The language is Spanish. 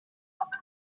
uno